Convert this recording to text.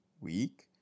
week